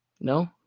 No